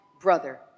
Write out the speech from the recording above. brother